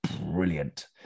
brilliant